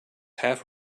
half